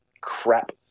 crap